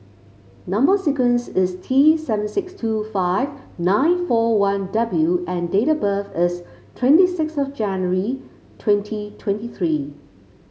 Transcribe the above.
number sequence is T seven six two five nine four one W and date of birth is twenty six of January twenty twenty three